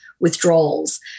withdrawals